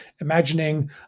imagining